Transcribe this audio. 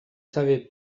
savez